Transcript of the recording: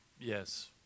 Yes